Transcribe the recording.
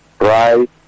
Right